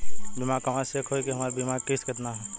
बीमा कहवा से चेक होयी की हमार बीमा के किस्त केतना ह?